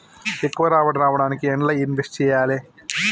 ఎక్కువ రాబడి రావడానికి ఎండ్ల ఇన్వెస్ట్ చేయాలే?